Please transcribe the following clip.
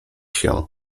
się